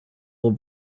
will